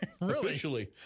officially